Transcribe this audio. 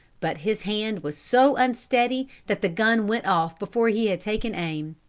but his hand was so unsteady that the gun went off before he had taken aim.